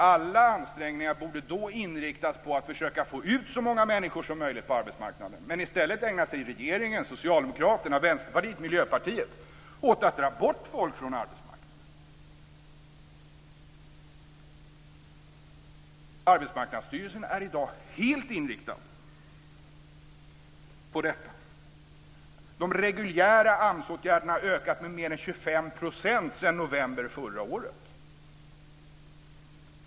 Alla ansträngningar borde då inriktas på att försöka få ut så många människor som möjligt på arbetsmarknaden, men i stället ägnar sig regeringen, Socialdemokraterna, Vänsterpartiet och Miljöpartiet åt att dra bort folk från arbetsmarknaden. Arbetsmarknadsstyrelsen är i dag helt inriktad på detta. De reguljära AMS-åtgärderna har ökat med mer än 25 % sedan november förra året.